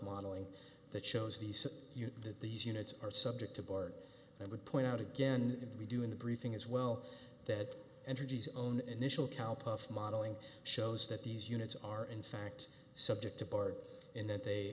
modeling that shows these that these units are subject to board and i would point out again we do in the briefing as well that energy's own initial kalpa modeling shows that these units are in fact subject to board in that they